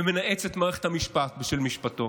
ומנאץ את מערכת המשפט בשל משפטו,